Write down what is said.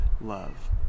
love